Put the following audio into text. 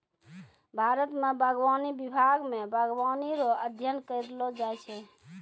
भारत मे बागवानी विभाग मे बागवानी रो अध्ययन करैलो जाय छै